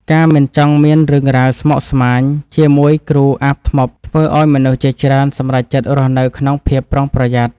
ការមិនចង់មានរឿងរ៉ាវស្មុគស្មាញជាមួយគ្រូអាបធ្មប់ធ្វើឱ្យមនុស្សជាច្រើនសម្រេចចិត្តរស់នៅក្នុងភាពប្រុងប្រយ័ត្ន។